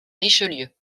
richelieu